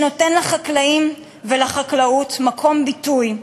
שנותן לחקלאים ולחקלאות מקום וביטוי,